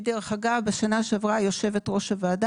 ודרך אגב בשנה שעברה יושבת ראש הוועדה,